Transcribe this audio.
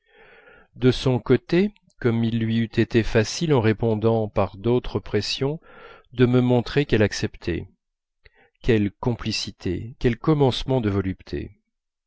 de son côté comme il lui eût été facile en répondant par d'autres pressions de me montrer qu'elle acceptait quelle complicité quel commencement de volupté